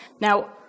Now